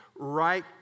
right